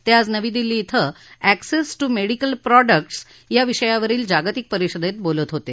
ते आज नवी दिल्ली क्रिं अक्सिस टू मेडिकल प्रॉडक्टस या विषयावरील जागतिक परिषदेत बोलत होते